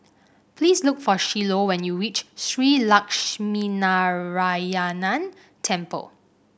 please look for Shiloh when you reach Shree Lakshminarayanan Temple